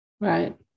Right